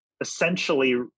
essentially